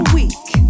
week